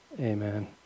Amen